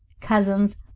cousins